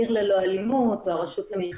הן מפרסמות מכרזים במקומונים או בכל מיני